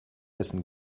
essen